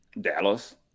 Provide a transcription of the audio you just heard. Dallas